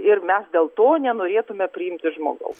ir mes dėl to nenorėtume priimti žmogaus